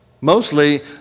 Mostly